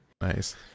nice